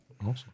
Awesome